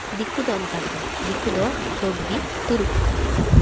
ᱫᱤᱠᱩ ᱫᱚ ᱚᱱᱠᱟ ᱫᱚ ᱵᱟᱝ ᱫᱤᱠᱩ ᱫᱚ ᱥᱳᱵᱽᱜᱮ ᱫᱩᱲᱩᱵ ᱟᱠᱟᱱᱟᱠᱚ